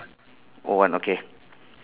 oh one okay